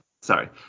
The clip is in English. Sorry